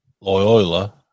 Loyola